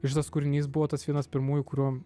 ir šitas kūrinys buvo tas vienas pirmųjų kurio